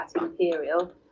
Imperial